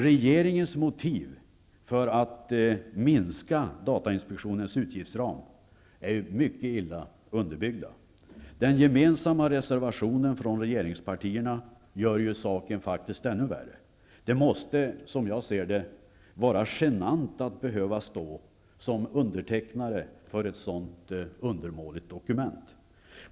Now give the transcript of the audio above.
Regeringens motiv för att minska datainspektionens utgiftsram är mycket illa underbyggda. Den gemensamma reservationen från regeringspartierna gör faktiskt saken ännu värre. Det måste, som jag ser det, vara genant att behöva stå som undertecknare av ett så undermåligt dokument.